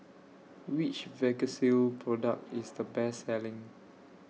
Which Vagisil Product IS The Best Selling